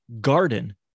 garden